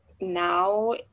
now